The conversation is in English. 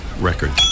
record